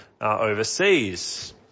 overseas